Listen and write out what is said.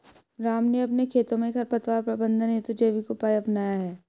राम ने अपने खेतों में खरपतवार प्रबंधन हेतु जैविक उपाय अपनाया है